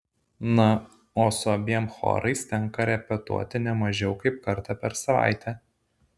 na o su abiem chorais tenka repetuoti ne mažiau kaip kartą per savaitę